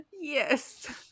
yes